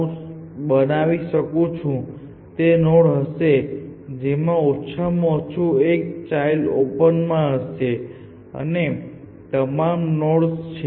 તેથી હું આ રંગથી જે બાઉન્ડ્રી નોડ્સ બનાવી શકું છું તે નોડ્સ હશે જેમાં ઓછામાં ઓછું એક ચાઈલ્ડ ઓપન માં હશે અને અન્ય તમામ નોડ્સ છે